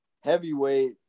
heavyweight